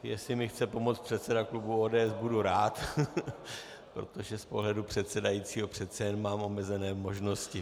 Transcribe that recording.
Jestli mi chce pomoct předseda klubu ODS, budu rád, protože z pohledu předsedajícího přece jen mám omezené možnosti.